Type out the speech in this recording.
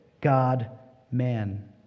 God-man